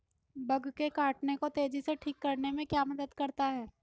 Bug के काटने को तेजी से ठीक करने में क्या मदद करता है?